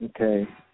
okay